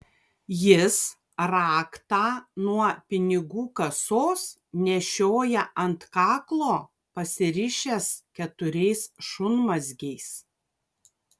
jis raktą nuo pinigų kasos nešioja ant kaklo pasirišęs keturiais šunmazgiais